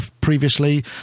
previously